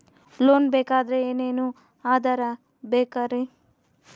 Loan ಬೇಕಾದ್ರೆ ಏನೇನು ಆಧಾರ ಬೇಕರಿ?